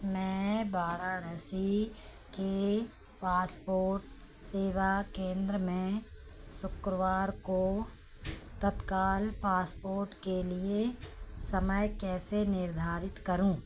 मैं वाराणसी के पासपोर्ट सेवा केंद्र में शुक्रवार को तत्काल पासपोर्ट के लिए समय कैसे निर्धारित करूँ